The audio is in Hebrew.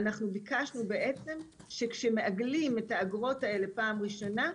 אנחנו ביקשנו בעצם שכשמעגלים את האגרות האלה פעם ראשונה,